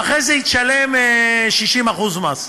ואחרי זה היא תשלם 60% מס.